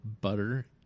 butter